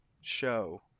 show